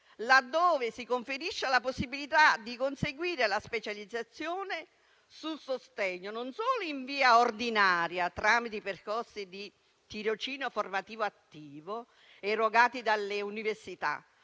laddove si conferisce la possibilità di conseguire la specializzazione sul sostegno, non solo in via ordinaria, tramite i percorsi di tirocinio formativo attivo erogati dalle università,